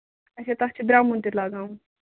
اَچھا تَتھ چھُ درٛمُن تہِ لَگاوُن